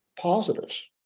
positives